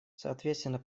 соответственно